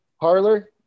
Parlor